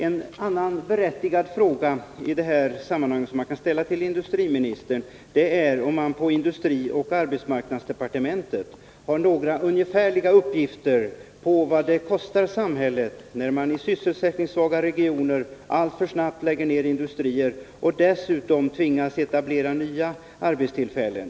En annan berättigad fråga i detta sammanhang är om man på industrioch arbetsmarknadsdepartementet har några ungefärliga uppgifter på vad det kostar samhället när man i sysselsättningssvaga regioner alltför snabbt lägger nedindustrier och dessutom tvingas etablera nya arbetstillfällen.